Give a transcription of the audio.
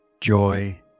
Joy